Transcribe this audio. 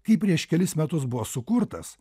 kai prieš kelis metus buvo sukurtas